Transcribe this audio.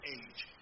age